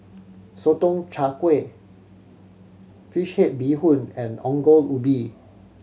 Sotong Char Kway fish head bee hoon and Ongol Ubi